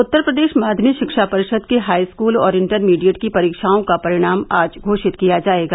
उत्तर प्रदेश माध्यमिक शिक्षा परिषद की हाईस्कूल और इंटरमीडिएट की परीक्षाओं का परिणाम आज घोषित किया जायेगा